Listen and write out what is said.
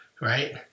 right